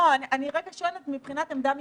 אני שואלת מבחינת עמדה מקצועית.